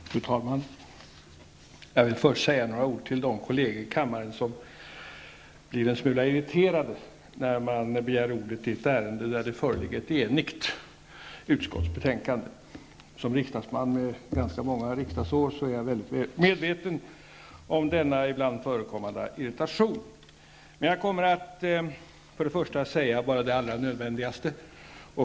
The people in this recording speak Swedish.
Fru talman! Jag vill först säga några ord till de kolleger i kammaren som blir en smula irriterade när man begär ordet i ett ärende där det föreligger ett enigt utskottsbetänkande. Som riksdagsman med ganska många riksdagsår är jag mycket väl medveten om denna ibland förekommande irritation. Men jag kommer för det första att bara säga det allra nödvändigaste.